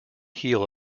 heel